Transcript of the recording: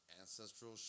ancestral